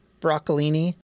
broccolini